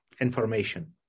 information